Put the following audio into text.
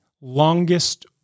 longest